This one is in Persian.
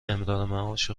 امرارمعاش